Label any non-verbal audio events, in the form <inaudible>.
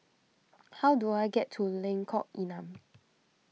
<noise> how do I get to Lengkok Enam